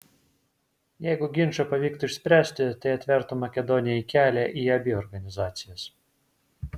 jeigu ginčą pavyktų išspręsti tai atvertų makedonijai kelią į abi organizacijas